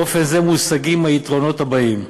באופן זה מושגים היתרונות הבאים: